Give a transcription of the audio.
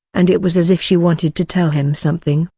and it was as if she wanted to tell him something,